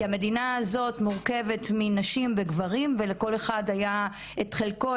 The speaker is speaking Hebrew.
כי המדינה הזאת מורכבת מנשים וגברים ולכל אחד היה את חלקו,